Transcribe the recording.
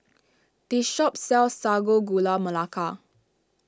this shop sells Sago Gula Melaka